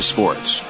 Sports